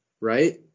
right